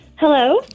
Hello